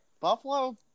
Buffalo